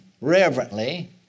reverently